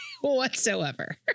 whatsoever